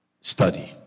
Study